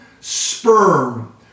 sperm